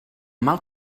mal